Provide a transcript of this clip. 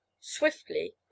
swiftly